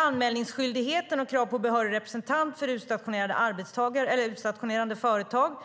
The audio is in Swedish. Anmälningsskyldigheten och krav på behörig representant för utstationerande företag